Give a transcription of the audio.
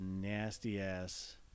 nasty-ass